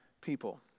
people